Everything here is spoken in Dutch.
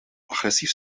agressief